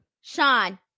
Sean